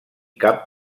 cap